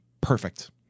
perfect